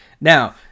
Now